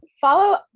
Follow